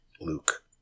Luke